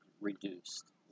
reduced